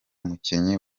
mukinnyi